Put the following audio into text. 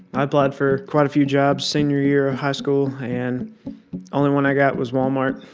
i applied for quite a few jobs senior year of high school, and only one i got was walmart,